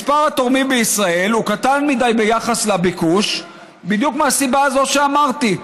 מספר התורמים בישראל הוא קטן מדי ביחס לביקוש בדיוק מהסיבה הזאת שאמרתי,